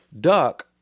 Duck